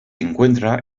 encuentra